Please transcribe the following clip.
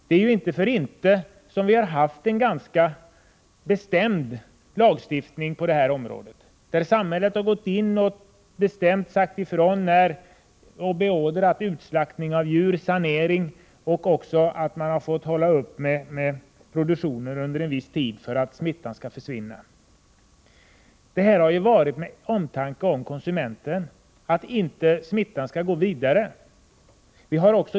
Det är inte för intet som vi haft en ganska bestämd lagstiftning på detta område, där samhället gått in och bestämt när utslaktning av djur och sanering skall ske och beordrat att hålla upp med produktionen under en viss tid för att smittan skall försvinna. Detta har skett med omtanke om konsumenten, för att smittan inte kan spridas vidare.